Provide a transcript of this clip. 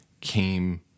came